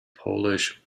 polish